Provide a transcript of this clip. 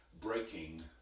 breaking